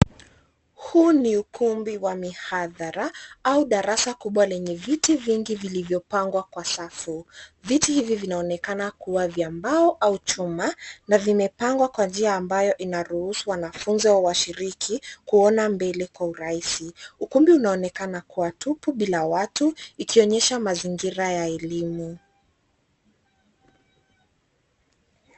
Huu ni ukumbi wa mihadhara au darasa kubwa lenye viti vingi vilivyopangwa kwa safu. Viti hivi vinaonekana kuwa vya mbao au chuma na vimepangwa kwa njia ambayo inaruhusu wanafunzi au washiriki kuona mbele kwa urahisi. Ukumbi unaonekana kuwa tupu bila watu ikionyesha mazingira ya elimu.